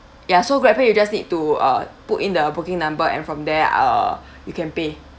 ya so GrabPay you just need to uh put in the booking number and from there err you can pay